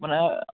মানে